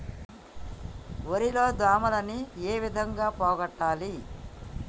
వరి లో దోమలని ఏ విధంగా పోగొట్టాలి?